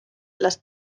las